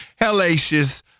hellacious